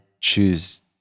choose